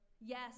Yes